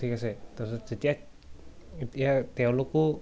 ঠিক আছে ত' যেতিয়া এতিয়া তেওঁলোকো